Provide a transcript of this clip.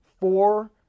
four